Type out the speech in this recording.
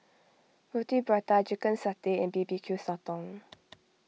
Roti Prata Chicken Satay and B B Q Sotong